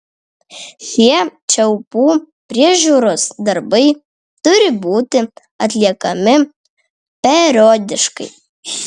šie čiaupų priežiūros darbai turi būti atliekami periodiškai